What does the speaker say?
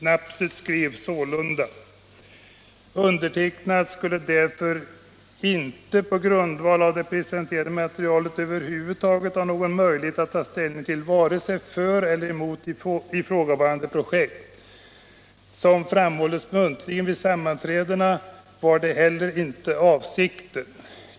Nabseth skrev: ”Undertecknad skulle därför inte på grundval av det presenterade materialet över huvud taget ha någon möjlighet att ta ställning vare sig för eller emot ifrågavarande projekt. Såsom framhållits muntligt vid sammanträdena, var detta heller inte avsikten.